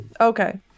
Okay